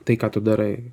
tai ką tu darai